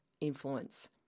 influence